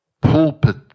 pulpit